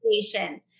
station